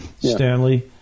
Stanley